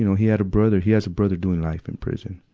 you know he had a brother, he has a brother doing life in prison.